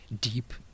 deep